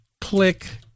click